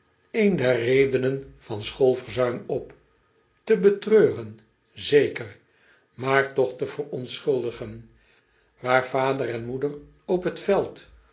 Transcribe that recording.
een der redenen van schoolverzuim op te betreuren zeker maar toch te verontschuldigen waar vader en moeder op het veld